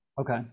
Okay